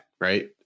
Right